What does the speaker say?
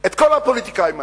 את כל הפוליטיקאים מהעסק.